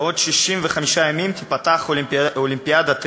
בעוד 65 ימים תיפתח אולימפיאדת ריו,